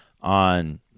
on